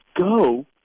go